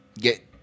get